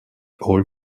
all